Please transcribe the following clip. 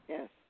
Yes